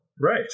right